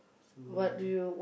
so